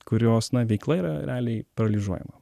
kurios veikla yra realiai paralyžiuojama